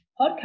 podcast